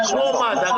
כמו מד"א,